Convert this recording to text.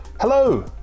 Hello